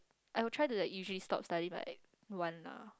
I will try to like usually stop studying like one lah